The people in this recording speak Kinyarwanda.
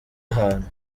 abantu